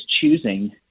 choosing